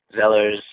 Zeller's